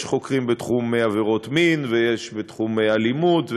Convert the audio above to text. יש חוקרים בתחום עבירות מין ויש בתחום אלימות,